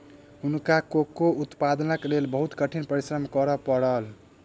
हुनका कोको उत्पादनक लेल बहुत कठिन परिश्रम करय पड़ल